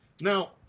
Now